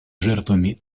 жертвами